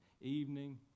Evening